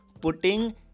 putting